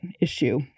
issue